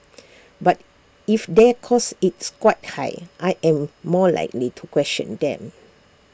but if the cost its quite high I am more likely to question them